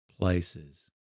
places